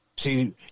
See